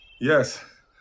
Yes